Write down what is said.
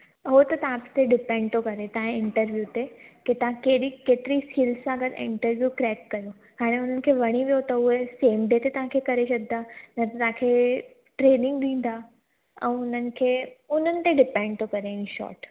हो त तव्हां ते डिपेंट थो करे तव्हांजे इंटरवियूं ते के तव्हां कहिड़े केतिरे फिल्ड सां गॾु इंटरवियूं क्रेक कयो हाणे हुननि खे वणी वियो त उहे सेन्ड तव्हांखे करे छॾींदा न त तव्हांखे ट्रेनिंग ॾींदा ऐं उन्हनि खे उन्हनि ते डिपेन्ट थो करे इनशॉट